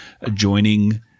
adjoining